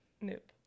Nope